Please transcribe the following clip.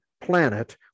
planet